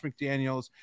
McDaniels